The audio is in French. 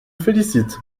félicite